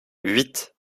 huit